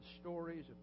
stories